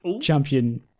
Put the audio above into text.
champion